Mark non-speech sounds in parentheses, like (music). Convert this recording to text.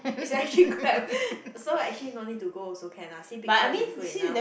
it's actually (breath) crap so actually no need to go also can lah see picture is good enough